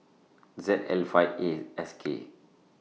Z L five A S K